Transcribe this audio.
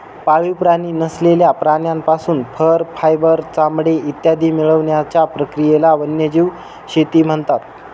पाळीव प्राणी नसलेल्या प्राण्यांपासून फर, फायबर, चामडे इत्यादी मिळवण्याच्या प्रक्रियेला वन्यजीव शेती म्हणतात